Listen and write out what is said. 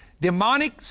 Demonic